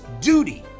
duty